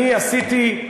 אני עשיתי,